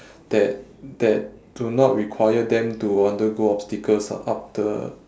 that that do not require them to undergo obstacles u~ up the